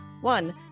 one